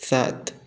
सात